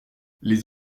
les